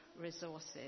resources